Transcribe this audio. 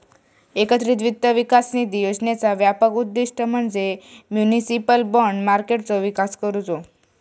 एकत्रित वित्त विकास निधी योजनेचा व्यापक उद्दिष्ट म्हणजे म्युनिसिपल बाँड मार्केटचो विकास करुचो